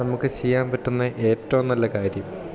നമുക്ക് ചെയ്യാൻ പറ്റുന്ന ഏറ്റവു നല്ല കാര്യം